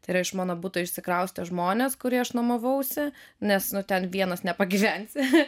tai yra iš mano buto išsikraustė žmonės kurį aš nuomavausi nes nu ten vienas nepagyvensi